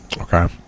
okay